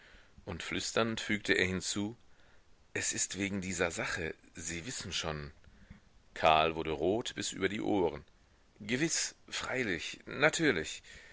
und flüsternd fügte er hinzu es ist wegen dieser sache sie wissen schon karl wurde rot bis über die ohren gewiß freilich natürlich